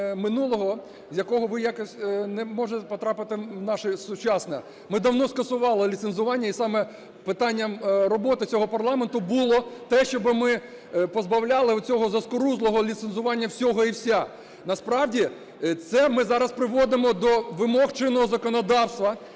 минулого, з якого ви якось не можете потрапити в наше сучасне. Ми давно скасували ліцензування, і саме питанням роботи цього парламенту було те, щоб ми позбавляли цього заскорузлого ліцензування всього і вся. Насправді це ми зараз приводимо до вимог чинного законодавства